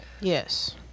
yes